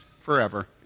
forever